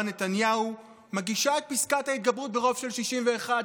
נתניהו מגישה את פסקת ההתגברות ברוב של 61,